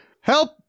help